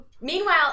Meanwhile